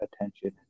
attention